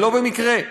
ולא במקרה.